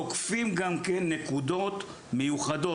תוקפים גם נקודות מיוחדות,